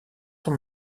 son